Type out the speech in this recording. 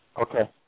Okay